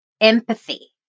empathy